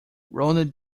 ronald